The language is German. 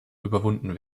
überwunden